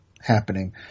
happening